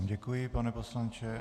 Děkuji vám, pane poslanče.